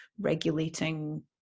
regulating